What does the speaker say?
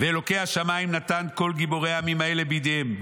ואלוקי השמיים נתן כל גיבורי העמים האלה בידיהם.